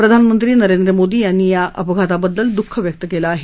प्रधानमंत्री नरेंद्र मोदी यांनी या दुर्घटनेबद्दल दुःख व्यक्त केलं आहे